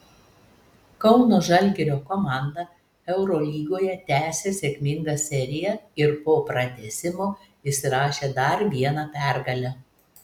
kauno žalgirio komanda eurolygoje tęsią sėkmingą seriją ir po pratęsimo įsirašė dar vieną pergalę